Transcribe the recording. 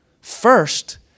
First